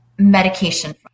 medication